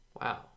wow